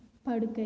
படுக்கை